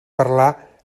parlar